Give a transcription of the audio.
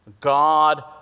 God